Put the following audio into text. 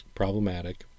problematic